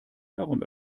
darum